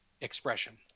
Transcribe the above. expression